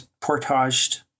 portaged